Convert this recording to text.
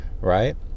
right